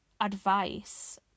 Advice